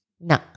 No